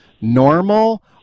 normal